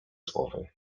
słowy